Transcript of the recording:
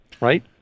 right